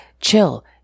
Chill